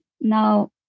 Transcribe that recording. Now